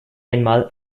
einmal